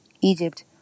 Egypt